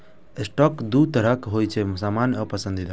stock दू तरहक होइ छै, सामान्य आ पसंदीदा